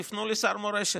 תפנו לשר מורשת.